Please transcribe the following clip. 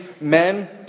men